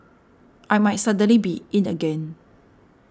I might suddenly be 'in' again